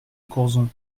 courson